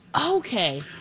Okay